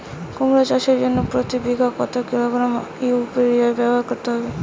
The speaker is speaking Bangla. কুমড়ো চাষের জন্য প্রতি বিঘা কত কিলোগ্রাম ইউরিয়া ব্যবহার করতে হবে?